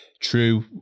true